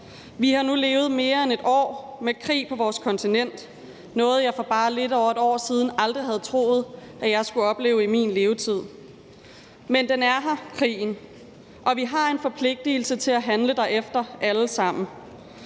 Vi har nu levet i mere end et år med krig på vores kontinent, noget, jeg for bare lidt over et år siden aldrig havde troet at jeg skulle opleve i min levetid. Men krigen er her, og vi har alle sammen en forpligtelse til at handle derefter. Den